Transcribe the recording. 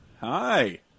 Hi